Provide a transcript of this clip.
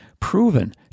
proven